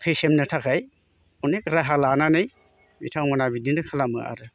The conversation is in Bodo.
फेसेमनो थाखाय अनेक राहा लानानै बिथांमोनहा बिदिनो खालामो आरो